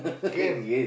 can